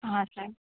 हाँ सर